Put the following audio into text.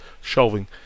shelving